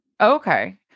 okay